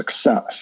success